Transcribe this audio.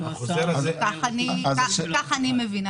כך אני מבינה.